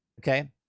Okay